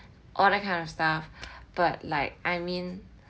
all that kind of stuff but like I mean